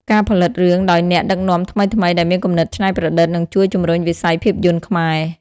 ការផលិតរឿងដោយអ្នកដឹកនាំថ្មីៗដែលមានគំនិតច្នៃប្រឌិតនឹងជួយជំរុញវិស័យភាពយន្តខ្មែរ។